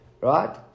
Right